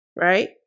right